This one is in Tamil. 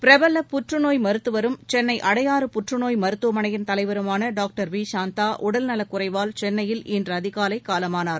பிரபல புற்றுநோய் மருத்துவரும் சென்னை அடையாறு புற்றுநோய் மருத்துவமனையின் தலைவருமான டாக்டர் வி சாந்தா உடல் நலக்குறைவால் சென்னையில் இன்று அதிகாலை காலமானார்